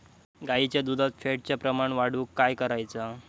गाईच्या दुधात फॅटचा प्रमाण वाढवुक काय करायचा?